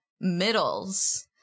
middles